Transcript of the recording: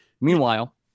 Meanwhile